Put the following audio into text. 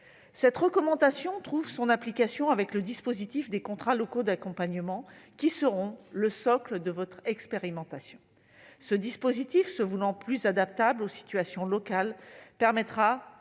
Cette recommandation trouve son application avec le dispositif des contrats locaux d'accompagnement, qui seront le socle de votre expérimentation, madame la secrétaire d'État. Ce dispositif, qui se veut plus adaptable aux situations locales, permettra